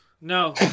No